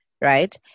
right